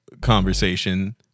conversation